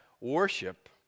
worship